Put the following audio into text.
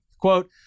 Quote